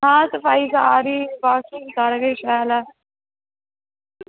आं कुसै दे आवा दी ही बाकी सारा किश शैल ऐ